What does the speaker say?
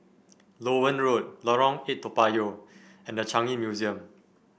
Loewen Road Lorong Eight Toa Payoh and The Changi Museum